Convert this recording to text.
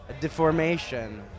deformation